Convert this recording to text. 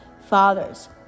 fathers